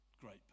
great